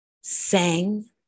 Sang